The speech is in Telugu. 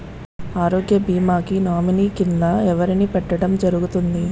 ఆరోగ్య భీమా కి నామినీ కిందా ఎవరిని పెట్టడం జరుగతుంది?